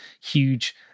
huge